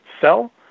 sell